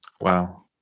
Wow